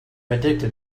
addicted